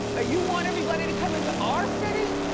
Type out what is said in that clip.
ah you want everybody to come into our city?